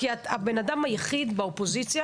כי את האדם היחיד באופוזיציה